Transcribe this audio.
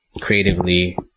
creatively